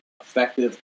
effective